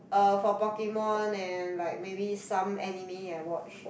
um for Pokemon and like maybe some anime I watch